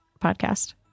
podcast